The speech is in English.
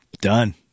Done